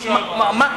איפה בשארה?